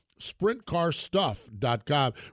Sprintcarstuff.com